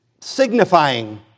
signifying